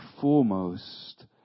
foremost